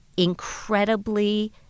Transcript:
incredibly